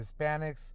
Hispanics